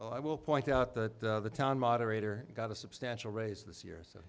well i will point out that the town moderator got a substantial raise this year so